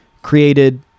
created